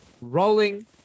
rolling